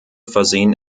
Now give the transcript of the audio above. versehen